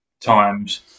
Times